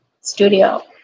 studio